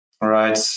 right